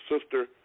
Sister